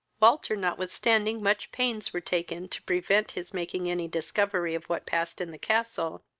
walter, notwithstanding much pains were taken to prevent his making any discovery of what passed in the castle,